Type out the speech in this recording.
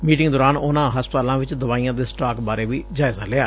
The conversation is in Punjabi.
ਮੀਟਿੰਗ ਦੌਰਾਨ ਉਨੂੰ ਹਸਪਤਾਲਾਂ ਚ ਦਵਾਈਆਂ ਦੇ ਸਟਾਕ ਬਾਰੇ ਵੀ ਜਾਇਜ਼ਾ ਲਿਆ